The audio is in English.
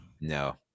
No